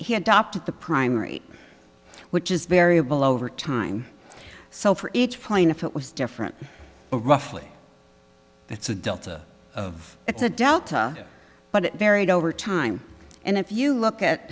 he adopted the prime rate which is variable over time so for each plaintiff it was different roughly it's a delta of it's a delta but it varied over time and if you look at